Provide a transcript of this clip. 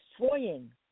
destroying